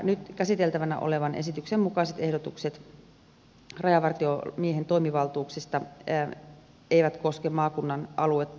nyt käsiteltävänä olevan esityksen mukaiset ehdotukset rajavartiomiehen toimivaltuuksista eivät koske maakunnan aluetta